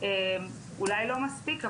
אולי לא מספיק,